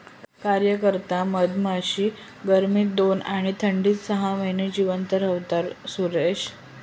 कार्यकर्ता मधमाशी गर्मीत दोन आणि थंडीत सहा महिने जिवंत रव्हता, सुरेश